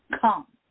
Come